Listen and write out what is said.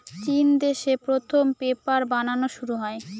চিন দেশে প্রথম পেপার বানানো শুরু হয়